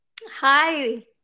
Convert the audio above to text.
Hi